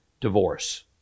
divorce